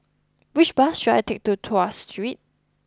which bus should I take to Tras Street